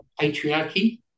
patriarchy